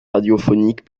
radiophonique